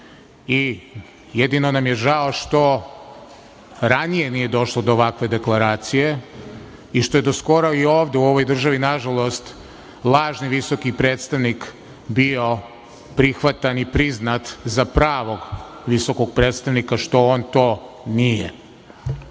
i jedino nam je žao što ranije nije došlo do ovakve deklaracije i što je do skoro i ovde, u ovoj državi, nažalost, lažni visoki predstavnik bi prihvatan i priznat za pravog visokog predstavnik što on nije. Isto